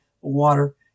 water